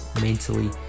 mentally